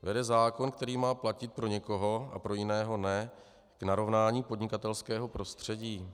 Vede zákon, který má platit pro někoho a pro jiného ne, k narovnání podnikatelského prostředí?